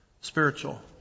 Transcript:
Spiritual